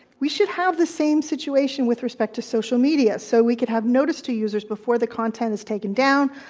we should have the same situation with respect to social media, so we could have notice to users before the content is taken down,